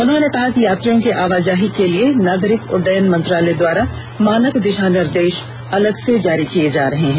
उन्होंने कहा कि यात्रियों की आवाजाही के लिए नागरिक उड्डयन मंत्रालय द्वारा मानक दिशा निर्देश अलग से जारी किए जा रहे हैं